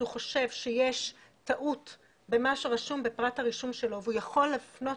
כשהוא חושב שיש טעות בפרט הרישום שלו והוא יכול לפנות